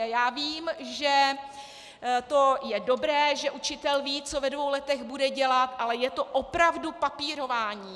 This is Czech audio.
Já vím, že to je dobré, že učitel ví, co ve dvou letech bude dělat, ale je to opravdu papírování.